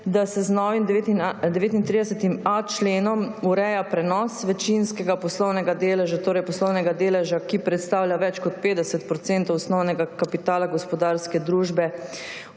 da se z novim 39.a členom ureja prenos večinskega poslovnega deleža, torej poslovnega deleža, ki predstavlja več kot 50 % osnovnega kapitala gospodarske družbe